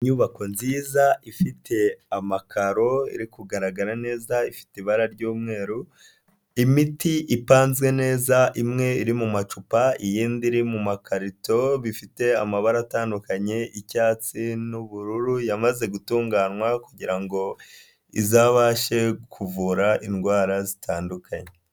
Inyubako nziza ifite amakaro iri kugaragara neza ifite ibara ry'umweru, imiti ipanze neza imwe iri mu macupa iy'indi iri mu makarito bifite amabara atandukanye icyatsi n'ubururu yamaze gutunganywa kugira ngo izabashe kuvura indwara zitandukanye.